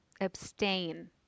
abstain